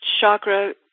chakra